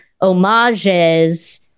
homages